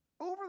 over